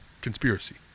Conspiracy